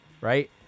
right